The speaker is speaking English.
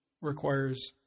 requires